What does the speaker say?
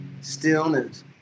stillness